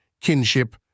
kinship